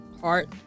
heart